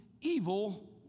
evil